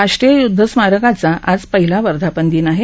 राष्ट्रीय य्द्ध स्मारकाचा आज पहिला वर्धापनदिन आहे